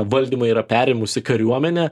valdymą yra perėmusi kariuomenė